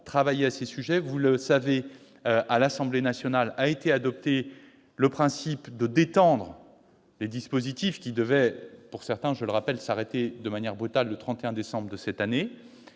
travailler à avancer sur tous ces sujets. L'Assemblée nationale a adopté le principe de détendre les dispositifs qui devaient, pour certains d'entre eux, s'arrêter de manière brutale le 31 décembre de cette année.